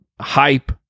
hype